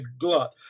glut